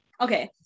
Okay